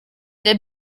the